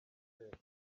hotel